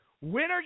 winner